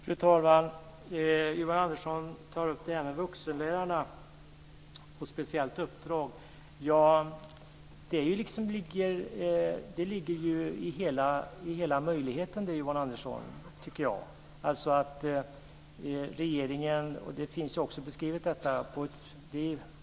Fru talman! Yvonne Andersson tar upp det här med vuxenlärare och speciellt uppdrag. Det tycker jag liksom ligger i hela möjligheten, Yvonne Andersson. Det finns också beskrivet.